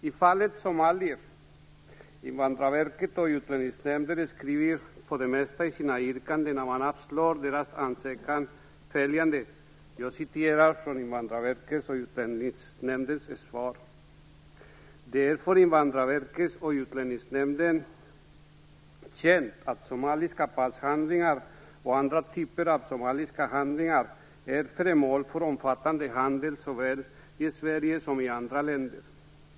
I fallet med somalierna skriver Invandrarverket och Utlänningsnämnden för det mesta i sina yrkanden när de avslår deras ansökningar: Det är för Invandrarverket och Utlänningsnämnden känt att somaliska passhandlingar och andra typer av somaliska handlingar är föremål för omfattande handel såväl i Sverige som i andra länder.